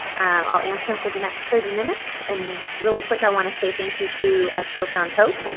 i'll answer them for the next thirty minutes. and really quick, i want to say thank you to i still found hope.